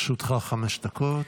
לרשותך חמש דקות,